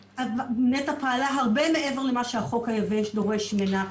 נת"ע פעלה הרבה מעבר למה שהחוק היבש דורש ממנה,